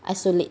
isolate